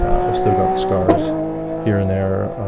i've still got scars here and there